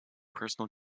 personal